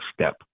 step